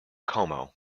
como